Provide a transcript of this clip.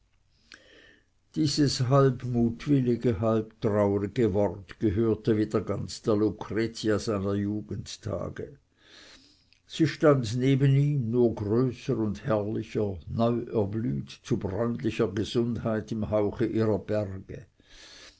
dieses halb mutwillige halb traurige wort gehörte wieder ganz der lucretia seiner jugendtage sie stand neben ihm nur größer und herrlicher neu erblüht zu bräunlicher gesundheit im hauche ihrer berge